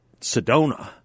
Sedona